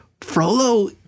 Frollo